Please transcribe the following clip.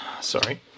sorry